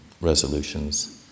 resolutions